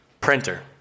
Printer